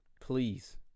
Please